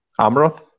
Amroth